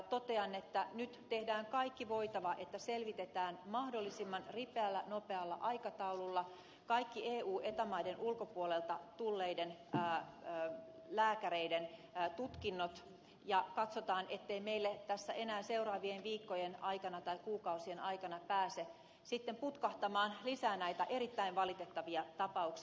totean että nyt tehdään kaikki voitava että selvitetään mahdollisimman ripeällä nopealla aikataululla kaikki eu ja eta maiden ulkopuolelta tulleiden lääkäreiden tutkinnot ja katsotaan ettei meille tässä enää seuraavien viikkojen aikana tai kuukausien aikana pääse sitten putkahtamaan lisää näitä erittäin valitettavia tapauksia